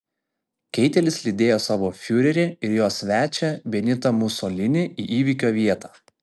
keitelis lydėjo savo fiurerį ir jo svečią benitą musolinį į įvykio vietą